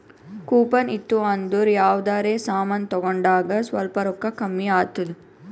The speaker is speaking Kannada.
ಕೂಪನ್ ಇತ್ತು ಅಂದುರ್ ಯಾವ್ದರೆ ಸಮಾನ್ ತಗೊಂಡಾಗ್ ಸ್ವಲ್ಪ್ ರೋಕ್ಕಾ ಕಮ್ಮಿ ಆತ್ತುದ್